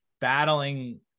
battling